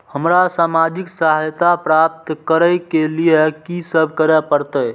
हमरा सामाजिक सहायता प्राप्त करय के लिए की सब करे परतै?